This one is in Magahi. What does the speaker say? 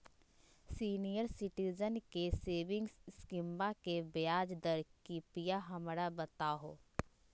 सीनियर सिटीजन के सेविंग स्कीमवा के ब्याज दर कृपया हमरा बताहो